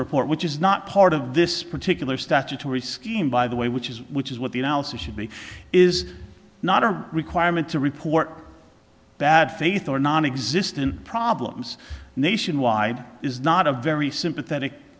report which is not part of this particular statutory scheme by the way which is which is what the analysis should be is not a requirement to report bad faith or nonexistent problems nationwide is not a very sympathetic